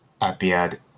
appeared